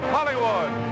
Hollywood